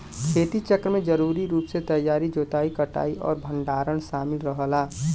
खेती चक्र में जरूरी रूप से तैयारी जोताई कटाई और भंडारण शामिल रहला